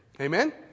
Amen